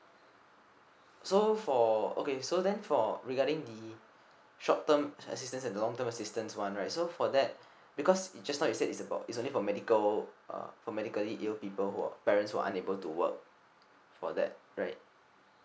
so for okay so then for regarding the short term assistance and the long term assistance one right so for that because just now you said is about is only for medical uh for medically ill people or parents who are unable to work for that right